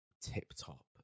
tip-top